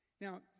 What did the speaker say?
Now